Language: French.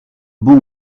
bon